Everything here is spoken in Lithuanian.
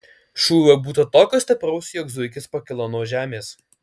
šūvio būta tokio stipraus jog zuikis pakilo nuo žemės